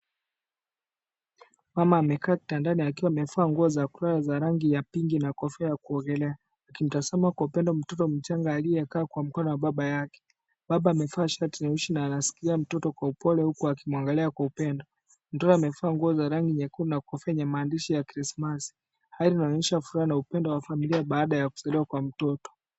Mama amekaa kitandani akiwa amevaa nguo za kulala za rangi ya pinki na kofia ya kuogelea, akimtazama kwa upendo mtoto mchanga aliyekaa kwa mkono wa baba yake. Baba amevaa shati nyeusi na anashikilia mtoto kwa upole huku akimwangalia kwa upendo. Mtoto amevaa nguo za rangi nyekundu na kofia yenye maandishi ya Krismasi. Haya yanaonyesha furaha na upendo wa familia baada ya kuzaliwa kwa mtoto.